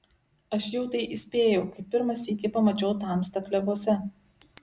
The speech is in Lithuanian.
aš jau tai įspėjau kai pirmą sykį pamačiau tamstą klevuose